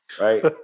Right